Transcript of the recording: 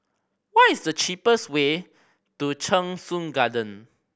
what is the cheapest way to Cheng Soon Garden